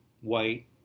white